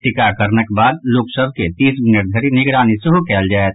टीकाकरणक बाद लोक सभ के तीस मिनट धरि निगरानी सेहो कयल जायत